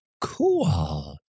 Cool